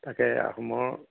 তাকে আহোমৰ